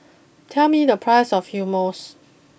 tell me the price of Hummus